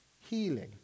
healing